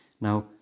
Now